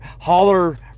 holler